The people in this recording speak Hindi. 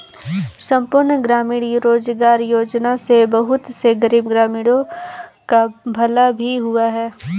संपूर्ण ग्रामीण रोजगार योजना से बहुत से गरीब ग्रामीणों का भला भी हुआ है